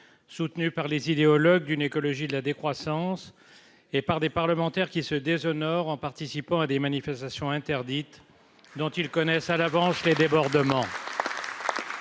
soutenu par les idéologues d'une écologie de la décroissance et par des parlementaires qui se déshonore en participant à des manifestations interdites dont ils connaissent à l'avance les débordements.